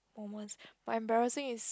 almost my embarrassing is